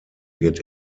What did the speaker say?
wird